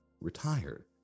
retired